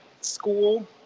school